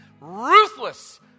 ruthless